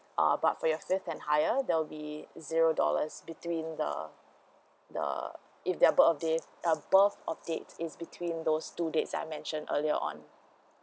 uh but for your fifth and higher there will be zero dollars between the the if their birth of day uh birth of date is between those two dates I mentioned earlier on